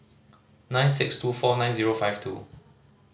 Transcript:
nine six two four nine zero five two